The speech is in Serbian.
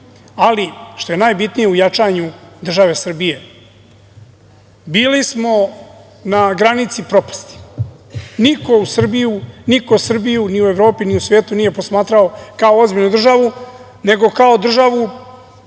ali što je najbitnije u jačanju države Srbije, bili smo na granici propasti. Niko Srbiju, ni u Evropi, ni u svetu nije posmatrao kao ozbiljnu državu nego kao državu